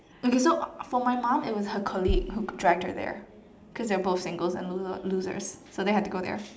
okay so for my mom it was her colleague who dragged her there cause they're both singles and loser losers so they had to go there